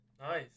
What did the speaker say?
Nice